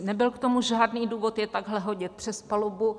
Nebyl k tomu žádný důvod je takhle hodit přes palubu.